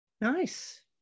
Nice